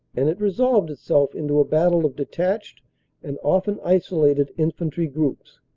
and it resolved itself into a battle of detached and often isolated infantry groups.